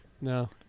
No